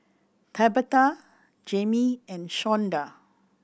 Tabatha Jayme and Shawnda